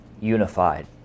unified